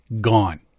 Gone